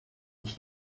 ich